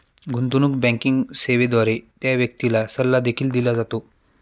गुंतवणूक बँकिंग सेवेद्वारे त्या व्यक्तीला सल्ला देखील दिला जातो